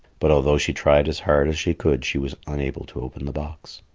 but although she tried as hard as she could, she was unable to open the box.